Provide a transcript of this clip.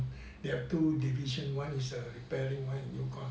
there are two division one is reparing one is new con